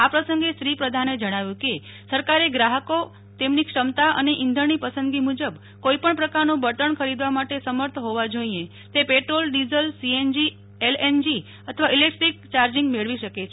આ પ્રસંગે શ્રી પ્રધાને જણાવ્યું કે સરકારે ગ્રાહકો તેમની ક્ષમતા અને ઈંધણની પસંદગી મુજબ કોઈપણ પ્રકારનું બળતણ ખરીદવા માટે સમર્થ હોવા જોઈએ તે પેટ્રોલ ડિઝલ સીએનજી એલએનજી અથવા ઈલેકટ્રિક ચાર્જિક મેળવી શકે છે